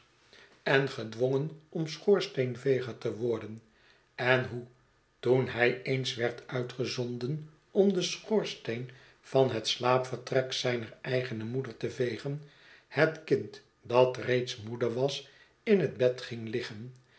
en gedwongen om schoorsteenveger te worden en hoe toen hij eens werd uitgezonden om den schoorsteen van het slaapvertrek zijner eigene moeder te vegen het kind dat reeds moede was in het bed ging liggen